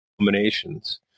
combinations